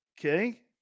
Okay